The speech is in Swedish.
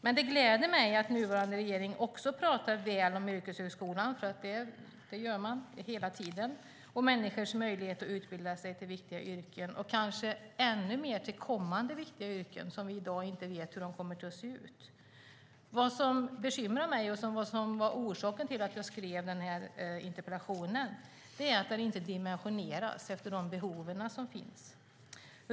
Men det gläder mig att den nuvarande regeringen också pratar väl om yrkeshögskolan och människors möjlighet att utbilda sig till viktiga yrken och kanske ännu mer till kommande viktiga yrken som vi inte dag inte vet hur de kommer att se ut. Vad som bekymrar mig och som var orsaken till att jag skrev interpellationen är att yrkeshögskolan inte är dimensionerad efter de behov som finns.